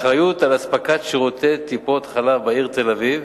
האחריות לאספקת שירותי טיפות-חלב בעיר תל-אביב,